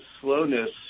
slowness